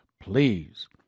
Please